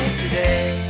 today